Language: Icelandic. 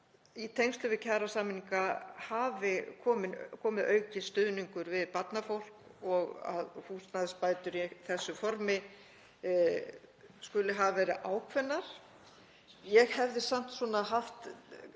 í tengslum við kjarasamninga hafi komið aukinn stuðningur við barnafólk og að húsnæðisbætur í þessu formi skuli hafa verið ákveðnar. Ég hefði samt haft